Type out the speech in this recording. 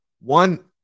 One